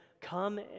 Come